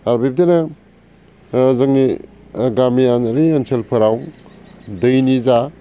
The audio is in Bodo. आरो बिब्दिनो जोंनि गामियारि ओनसोलफोराव दैनि जा